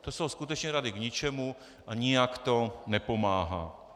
To jsou skutečně rady k ničemu a nijak to nepomáhá.